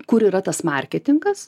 kur yra tas marketingas